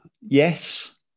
yes